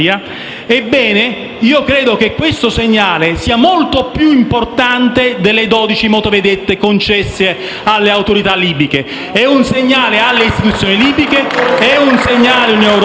Io credo che questo segnale sia molto più importante delle dodici motovedette concesse alle autorità libiche: è un segnale alle istituzioni libiche, è un segnale all'Unione europea,